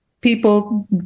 people